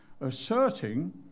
asserting